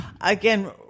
again